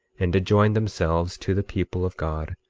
and did join themselves to the people of god,